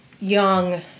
young